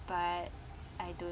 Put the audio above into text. but I don't